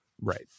Right